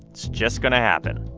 it's just going to happen,